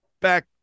back